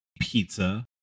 Pizza